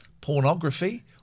pornography